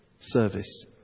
service